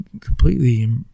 completely